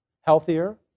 healthier